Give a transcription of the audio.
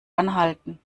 anhalten